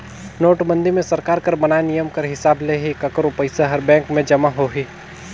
नोटबंदी मे सरकार कर बनाय नियम कर हिसाब ले ही काकरो पइसा हर बेंक में जमा होही